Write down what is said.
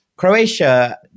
Croatia